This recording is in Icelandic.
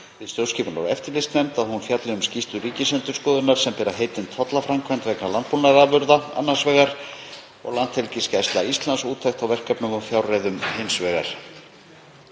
við stjórnskipunar- og eftirlitsnefnd að hún fjalli um skýrslur Ríkisendurskoðunar sem bera heitin Tollaframkvæmd vegna landbúnaðarafurða annars vegar og Landhelgisgæsla Íslands – úttekt á verkefnum og fjárreiðum hins vegar.